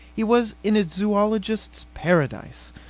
he was in a zoologist's paradise.